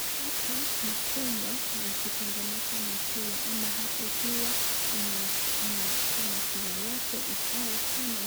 Hapa ni chumba la kutengeneza maziwa ama haswa ukiwa unataka maziwa yako ikae sana